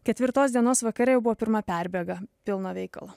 ketvirtos dienos vakare jau buvo pirma perbėga pilno veikalo